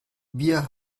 wir